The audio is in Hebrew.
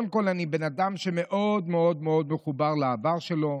ואז הוא עונה: אז קודם כול אני בן אדם שמאוד מאוד מאוד מחובר לעבר שלו.